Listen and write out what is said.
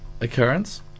occurrence